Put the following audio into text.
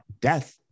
death